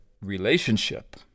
relationship